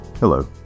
Hello